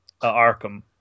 Arkham